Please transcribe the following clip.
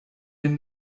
den